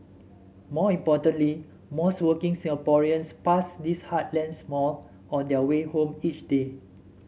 more importantly most working Singaporeans pass these heartland malls on their way home each day